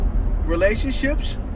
relationships